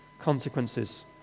consequences